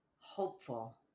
hopeful